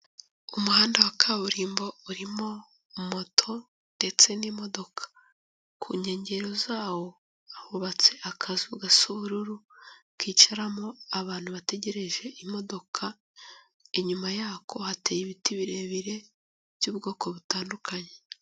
Umuhanda wa kaburimbo urimo moto ndetse n'imodoka, ku nkengero zawo hubatse akazu gasa ubururu kicaramo abantu bategereje imodoka, inyuma yako hateye ibiti birebire by'ubwoko butandukanye.